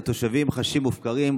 התושבים חשים מופקרים,